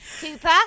Cooper